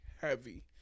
heavy